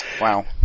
Wow